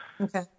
Okay